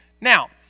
Now